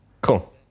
Cool